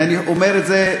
ואני אומר את זה,